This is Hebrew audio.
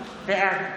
בעד